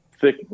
thick